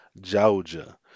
Georgia